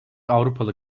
avrupalı